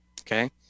Okay